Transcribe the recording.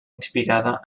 inspirada